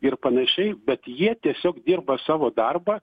ir panašiai bet jie tiesiog dirba savo darbą